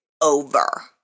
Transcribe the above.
over